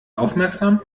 aufmerksam